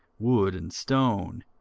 wood and stone,